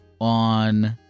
on